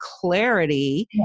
clarity